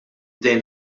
dejn